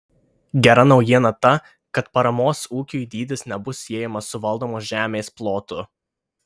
gera naujiena ta kad paramos ūkiui dydis nebus siejamas su valdomos žemės plotu